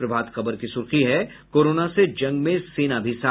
प्रभात खबर की सुर्खी है कोरोना से जंग में सेना भी साथ